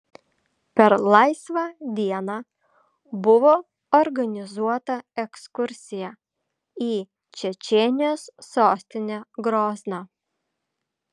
per laisvą dieną buvo organizuota ekskursija į čečėnijos sostinę grozną